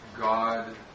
God